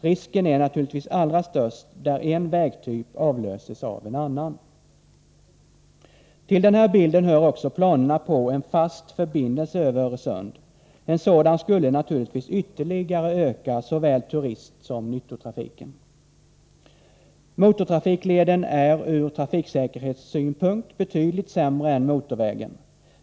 Risken är naturligtvis allra störst där en vägtyp avlöses av en annan. Till den här bilden hör också planerna på en fast förbindelse över Öresund. En sådan skulle naturligtvis ytterligare öka såväl turistsom nyttotrafiken. Motortrafikleden är ur trafiksäkerhetssynpunkt betydligt sämre än motorvägen.